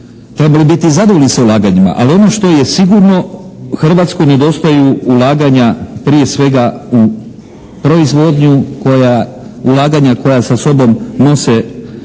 trebali biti zadovoljni sa ulaganjima. Ali ono što je sigurno, Hrvatskoj nedostaju ulaganja prije svega u proizvodnju ulaganja koja sa sobom nose